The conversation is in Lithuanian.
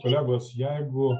kolegos jeigu